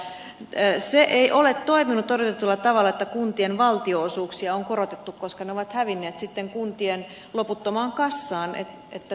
se ei ole toiminut odotetulla tavalla että kuntien valtionosuuksia on korotettu koska ne ovat hävinneet sitten kuntien loputtomaan kassaan